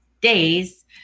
days